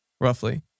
roughly